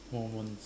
moment